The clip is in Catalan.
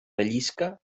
rellisca